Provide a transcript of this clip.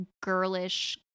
girlish